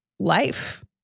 Life